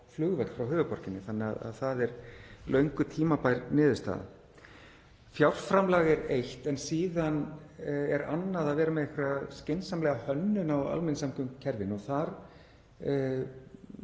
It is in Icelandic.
flugvöll frá höfuðborginni, það er löngu tímabær niðurstaða. Fjárframlag er eitt en síðan er annað að vera með einhverja skynsamlega hönnun á almenningssamgöngukerfinu. Ég